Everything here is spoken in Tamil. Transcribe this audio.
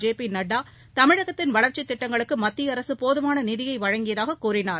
ஜெபி நட்டா தமிழகத்தின் வளர்ச்சித் திட்டங்களுக்கு மத்திய அரசு போதுமான நிதியை வழங்கியதாக கூறினார்